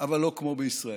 אבל לא כמו בישראל.